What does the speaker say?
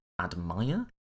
admire